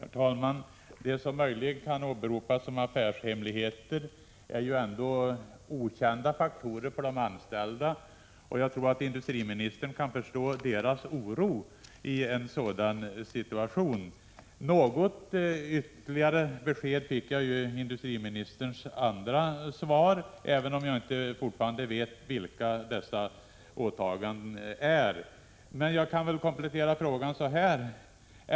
Herr talman! Det som möjligen kan åberopas som affärshemligheter är okända faktorer för de anställda, och industriministern kan nog förstå deras oro en sådan situation. Något ytterligare besked fick jag i industriministerns andra svar, även om jag fortfarande inte vet vilka dessa åtaganden är. Jag kan komplettera frågan på följande sätt.